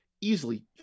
easily